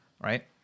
right